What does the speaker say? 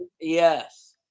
Yes